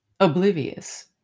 Oblivious